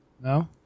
No